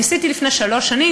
ניסיתי לפני שלוש שנים,